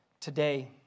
Today